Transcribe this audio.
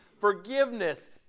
forgiveness